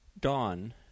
dawn